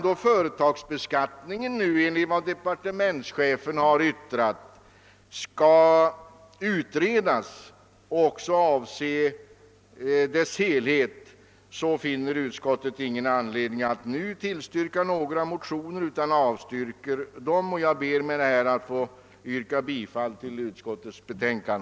Då företagsbeskattningen nu enligt departementschefen skall utredas i sin helhet finner utskottet ingen anledning att tillstyrka några motioner utan avstyrker dem. Jag ber med detta att få yrka bifall till utskottets hemställan.